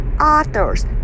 authors